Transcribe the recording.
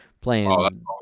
playing